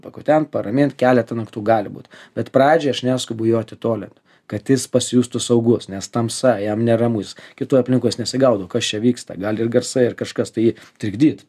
pakutent paramint keletą naktų gali būt bet pradžiai aš neskubu jo atitolint kad jis pasijustų saugus nes tamsa jam neramu jis kitų aplinkos nesigaudo kas čia vyksta gal ir garsai ar kažkas tai trikdyt